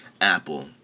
Apple